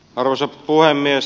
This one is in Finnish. arvoisa puhemies